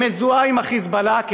שמזוהה עם ה"חיזבאללה",